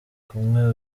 kumwe